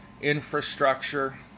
infrastructure